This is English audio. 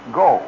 go